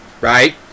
right